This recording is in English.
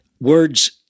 Words